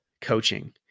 coaching